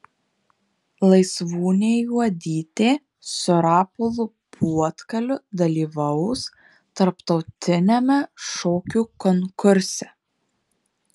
laisvūnė juodytė su rapolu puotkaliu dalyvaus tarptautiniame šokių konkurse